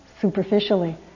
superficially